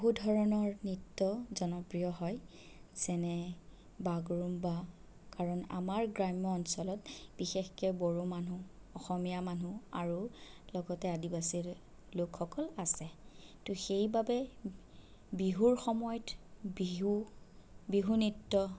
বহু ধৰণৰ নৃত্য জনপ্ৰিয় হয় যেনে বাগৰুম্বা কাৰণ আমাৰ গ্ৰাম্য অঞ্চলত বিশেষকৈ বড়ো মানুহ অসমীয়া মানুহ আৰু লগতে আদিবাসী লোকসকল আছে ত' সেইবাবে বিহুৰ সময়ত বিহু বিহু নৃত্য